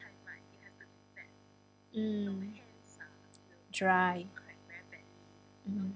mm dry mm